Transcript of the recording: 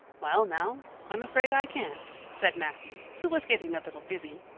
well now, i'm afraid i can't, said matthew, who was getting a little dizzy.